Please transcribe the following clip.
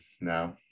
no